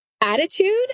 attitude